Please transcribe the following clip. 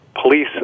police